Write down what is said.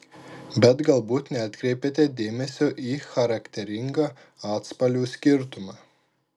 bet galbūt neatkreipėte dėmesio į charakteringą atspalvių skirtumą